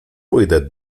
pójdę